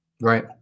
Right